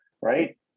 right